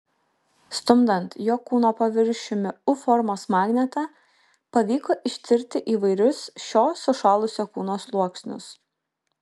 stumdant jo kūno paviršiumi u formos magnetą pavyko ištirti įvairius šio sušalusio kūno sluoksnius